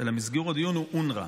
אלא מסגור הדיון הוא אונר"א,